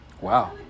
Wow